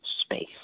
space